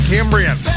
Cambrian